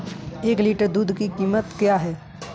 एक लीटर दूध की कीमत क्या है?